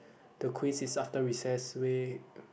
the quiz is after recess week